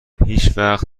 هیچوقت